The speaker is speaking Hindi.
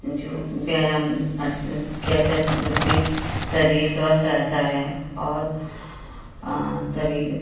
जो व्यायाम किया जाता है तो उससे शरीर स्वस्थ रहता है और शरीर